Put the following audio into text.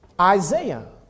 Isaiah